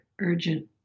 urgent